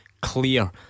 clear